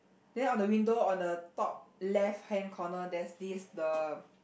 then on the window on the top left hand corner there's this the